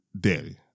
daddy